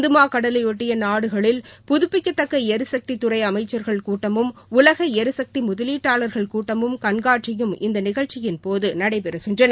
இந்தமா கடலைபொட்டிய நாடுகளில் புதப்பிக்கத்தக்க எரிசக்தித் துறை அமைச்சர்கள் கூட்டமும் உலக ளிசக்தி முதலீட்டாளா்கள் கூட்டமும் கண்காட்சியும் இந்த நிகழ்ச்சியின்போது நடைபெறுகின்றன